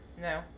no